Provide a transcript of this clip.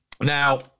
now